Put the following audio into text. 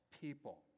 people